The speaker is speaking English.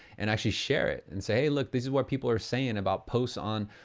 and actually share it. and say, hey look this is what people are saying about posts on,